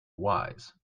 wise